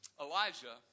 Elijah